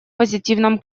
позитивном